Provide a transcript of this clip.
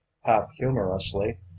half-humorously